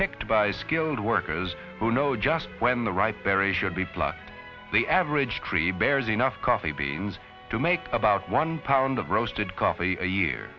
picked by skilled workers who know just when the right berry should be plus the average tree bears enough coffee beans to make about one pound of roasted coffee a year